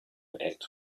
act